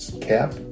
cap